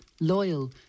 Loyal